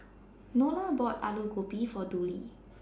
Nolia bought Aloo Gobi For Dudley